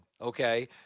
Okay